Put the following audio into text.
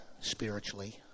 spiritually